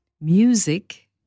music